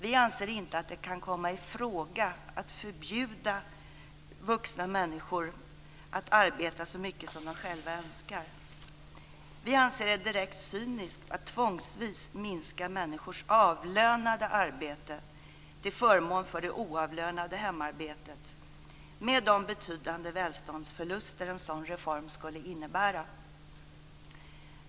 Vi anser inte att det kan komma i fråga att förbjuda vuxna människor att arbeta så mycket som de själva önskar. Vi anser det direkt cyniskt att tvångsvis minska människors avlönade arbete till förmån för det oavlönade hemarbetet med de betydande välståndsförluster en sådan reform skulle innebära.